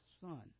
son